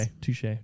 touche